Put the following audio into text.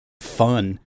fun